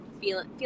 feeling